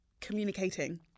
communicating